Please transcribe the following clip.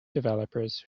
developers